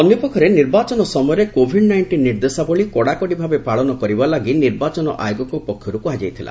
ଅନ୍ୟପକ୍ଷରେ ନିର୍ବାଚନ ସମୟରେ କୋଭିଡ୍ ନାଇଣ୍ଟିନ୍ ନିର୍ଦ୍ଦେଶାବଳି କଡ଼ାକଡ଼ି ଭାବେ ପାଳନ କରିବା ଲାଗି ନିର୍ବାଚନ ଆୟୋଗଙ୍କ ପକ୍ଷରୁ କୁହାଯାଇଥିଲା